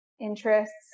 interests